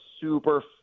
super